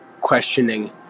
questioning